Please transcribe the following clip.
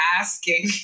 asking